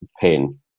pin